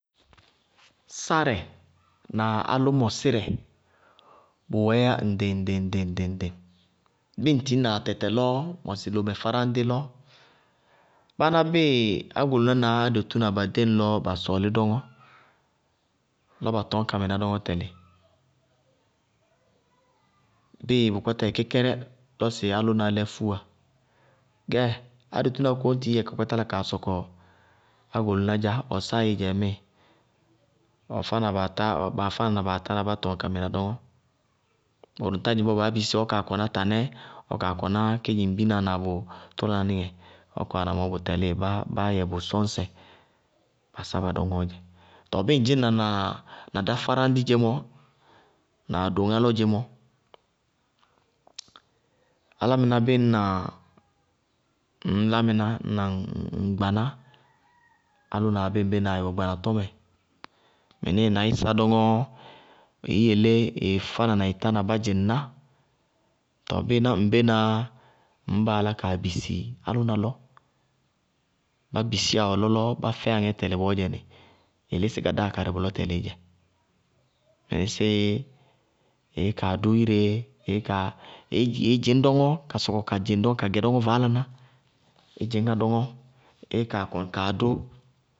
Sárɛ na alʋmɔsírɛ, bʋwɛɛyá ŋɖɩŋ-ŋɖɩŋ ŋɖɩŋ-ŋɖɩŋ. Bíɩ ŋ tɩñ na atɛtɛlɔ, mɔsɩ lomɛ váráñɖí lɔ, báná bíɩ ágoluná na adetúná ɖéŋ ló ba sɔɔlɩ dɔŋɔ, lɔ ba rɔñ ka mɩná dɔŋɔ tɛlɩ, bíɩ bʋ kpáta yɛ kɛkɛrɛ lɔ sɩ álʋna lɛ fúwa, gɛ ádetúna kóñtií kala kaa sɔkɔ ɔ ágoluná dzá, ɔ sáɩí dzɛ ŋmíɩ ɔɔfá na baatá, baafána ma baatána bá tɔŋ ka mɩná dɔŋɔ, bʋrʋ ŋtá dzɩŋ bɔɔ baá bisíi sɩ ɔ kaa kɔná tanɛ ʋ kaa kɔná kedzimbirna na bʋ tʋlaná níŋɛ. Ɔ kɔwana mɔɔ bʋ tɛlíɩ báá yɛ bʋ sɔñsɛ. Tɔɔ bíɩ ɖ dzɩŋ na na dá fáráñɖí dzémɔ na adoŋá lɔ dzémɔ, álámɩná bíɩ ŋna ŋñlámɩná ŋgbaná álʋna abéé ŋbéna ɩwɛ gbanatɔ mɛ, mɩnísíɩ í sá dɔŋɔ, ɩí yelé ɩɩfána na ɩɩtánaá dzɩŋná. Tɔɔ bíɩ ná ŋbénaá yá ŋñbaá lá kaa bisí álʋna lɔ, bá bisiyá ɔlɔ lɔ bá fɛyá ŋɛ tɛlɩ bɔɔyɛnɩ, ɩ lísí gadáa karɩ bʋlɔ tɛlɩ mɩnɩsɩɩ ɩí kaa dʋ iréé, ɩí dɩñ dɔŋɔ, ka sɔkɔ ka gɛ dɔŋɔ ka dzɩŋ dɔŋɔ vaálaná, í dzɩñŋá dɔŋɔ, íí kaa kɔnɩ kaa dʋ.